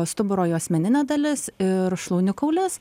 stuburo juosmeninė dalis ir šlaunikaulis